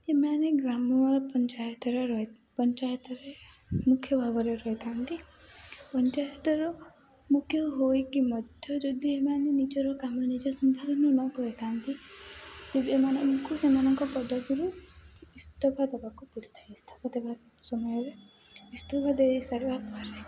ଏମାନେ ଗ୍ରାମ ପଞ୍ଚାୟତରେ ରହି ପଞ୍ଚାୟତରେ ମୁଖ୍ୟ ଭାବରେ ରହିଥାନ୍ତି ପଞ୍ଚାୟତର ମୁଖ୍ୟ ହୋଇକି ମଧ୍ୟ ଯଦି ଏମାନେ ନିଜର କାମ ନିଜ ସମ୍ଭାଦନ ନ କରିଥାନ୍ତି ତେବେ ଏମାନଙ୍କୁ ସେମାନଙ୍କ ପଦବିରୁ ଇସ୍ତଫା ଦବାକୁ ପଡ଼ିଥାଏ ଇସ୍ତଫା ଦେବା ସମୟରେ ଇସ୍ତଫା ଦେଇ ସାରିବାପରେ